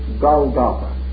Golgotha